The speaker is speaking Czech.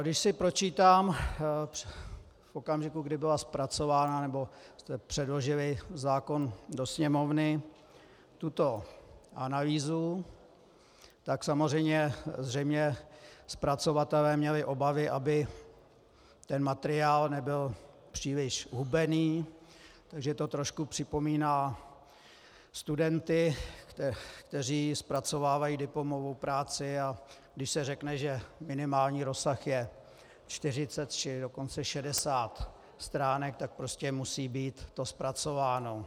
Když si pročítám v okamžiku, kdy byla zpracována, nebo jste předložili zákon do Sněmovny, tuto analýzu, tak samozřejmě zřejmě zpracovatelé měli obavy, aby ten materiál nebyl příliš hubený, takže to trošku připomíná studenty, kteří zpracovávají diplomovou práci, a když se řekne, že minimální rozsah je 40, či dokonce 60 stránek, tak prostě musí být to zpracováno.